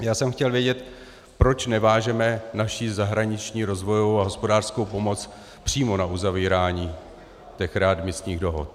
Já jsem chtěl vědět, proč nevážeme naši zahraniční rozvojovou a hospodářskou pomoc přímo na uzavírání těch readmisních dohod.